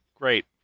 great